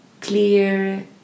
clear